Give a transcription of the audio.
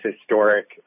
historic